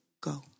go